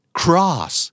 cross